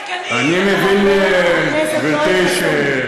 חבר הכנסת יואל חסון, תאפשר בבקשה.